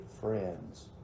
friends